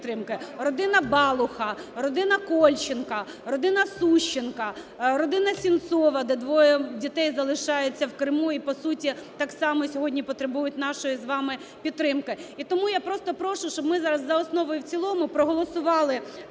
Родина Балуха, родина Кольченка, родина Сущенка, родина Сенцова, де двоє дітей залишаються в Криму і по суті так само сьогодні потребують нашої з вами підтримки. І тому я просто прошу, щоб ми зараз за основу і в цілому проголосували